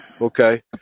okay